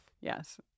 yes